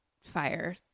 fire